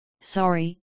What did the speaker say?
sorry